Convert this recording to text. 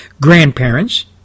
grandparents